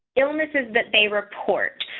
illnesses that they report.